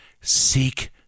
Seek